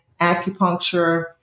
acupuncture